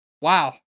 wow